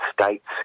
states